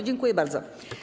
Dziękuję bardzo.